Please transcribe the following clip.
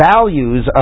values